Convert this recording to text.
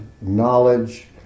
knowledge